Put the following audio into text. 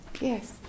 yes